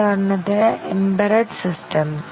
ഉദാഹരണത്തിന് embedded systems